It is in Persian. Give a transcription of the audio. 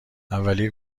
اولی